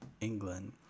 england